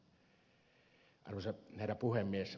arvoisa herra puhemies